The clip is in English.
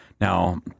Now